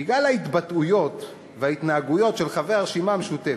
בגלל ההתבטאויות וההתנהגויות של חברי הרשימה המשותפת,